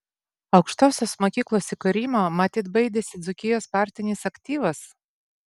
aukštosios mokyklos įkūrimo matyt baidėsi dzūkijos partinis aktyvas